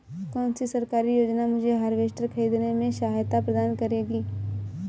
कौन सी सरकारी योजना मुझे हार्वेस्टर ख़रीदने में सहायता प्रदान करेगी?